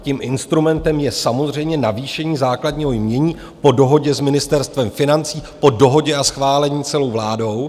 Tím instrumentem je samozřejmě navýšení základního jmění po dohodě s Ministerstvem financí, po dohodě a schválení celou vládou.